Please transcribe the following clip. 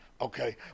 Okay